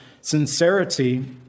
sincerity